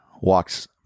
walks